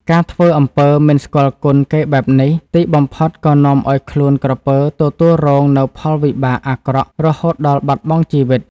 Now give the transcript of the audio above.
ការធ្វើអំពើមិនស្គាល់គុណគេបែបនេះ ទីបំផុតក៏នាំឲ្យខ្លួនក្រពើទទួលរងនូវផលវិបាកអាក្រក់រហូតដល់បាត់បង់ជីវិត។